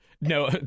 No